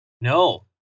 No